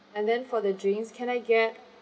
and then for the drinks can I get